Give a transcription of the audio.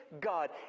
God